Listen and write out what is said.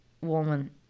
woman